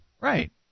Right